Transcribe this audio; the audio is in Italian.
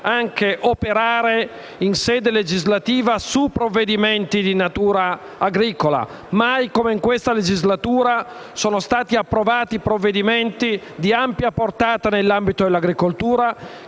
operare in sede legislativa su provvedimenti di natura agricola. Mai come in questa legislatura sono stati approvati provvedimenti di ampia portata nell'ambito dell'agricoltura